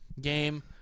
game